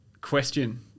question